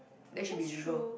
that should be legal